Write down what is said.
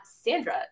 Sandra